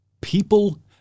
people